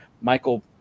Michael